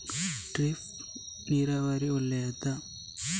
Drip ನೀರಾವರಿ ಒಳ್ಳೆಯದೇ?